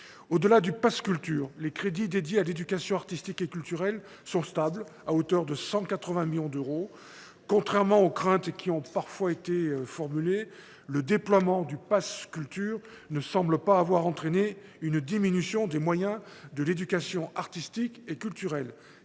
Au delà du pass Culture, les crédits affectés à l’éducation artistique et culturelle sont stables et s’élèvent à 180 millions d’euros. Contrairement aux craintes parfois formulées, le déploiement du pass Culture ne semble pas avoir entraîné de diminution des moyens de l’éducation artistique et culturelle